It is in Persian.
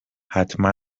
حتما